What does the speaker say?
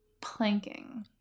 Planking